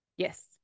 Yes